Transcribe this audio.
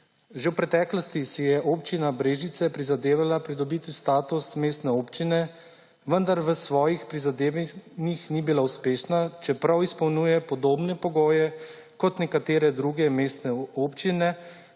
Že v preteklosti si je Občina Brežice prizadevala pridobiti status mestne občine, vendar v svojih prizadevanjih ni bila uspešna, čeprav izpolnjuje podobne pogoje kot nekatere druge mestne občine